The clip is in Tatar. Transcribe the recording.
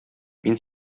мин